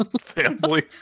Family